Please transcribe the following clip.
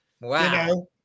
Wow